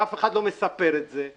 ואף אחד לא מספר את זה,